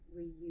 reuse